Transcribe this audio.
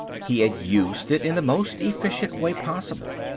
he had used it in the most efficient way possible.